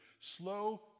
slow